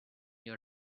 your